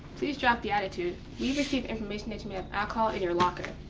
please drop the attitude. we received information that you may have alcohol in your locker,